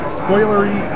spoilery